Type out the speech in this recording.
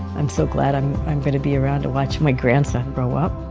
i'm so glad i'm i'm going to be around to watch my grandson grow up.